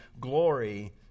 glory